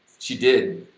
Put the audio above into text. she did.